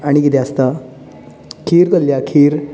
आनी कितें आसता खीर कसली आहा खीर